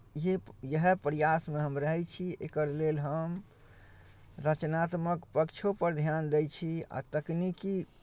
ये इएह प्रयासमे हम रहै छी एकर लेल हम रचनात्मक पक्षोपर ध्यान दैत छी आ तकनीकी